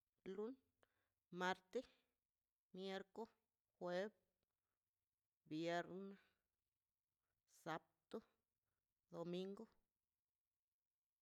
Lun marte miercu juev viernə sabdu damingu